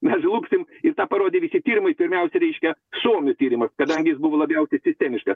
mes žlugsim ir tą parodė visi tyrimai primiausiai reiškia suomių tyrimas kadangi jis buvo labiausiai sistemiškas